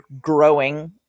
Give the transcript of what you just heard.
growing